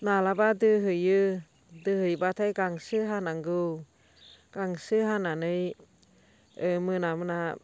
माब्लाबा दोहोयो दोहैबाथाय गांसो हानांगौ गांसो हानानै मोना मोना